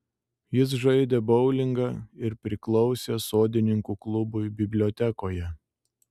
jis žaidė boulingą ir priklausė sodininkų klubui bibliotekoje